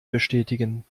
bestätigen